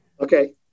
Okay